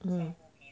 mm